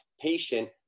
patient